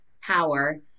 power